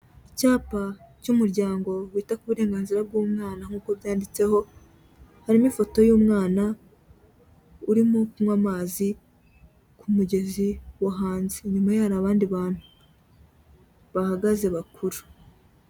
Icyapa cy'umuryango wita ku burenganzira bw'umwana nkuko byanditseho, harimo ifoto y'umwana urimo kunywa amazi, ku mugezi wo hanze, inyuma ye hari abandi bantu bahagaze, bakuru.